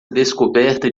descoberta